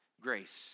grace